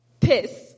Piss